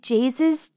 Jesus